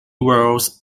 worlds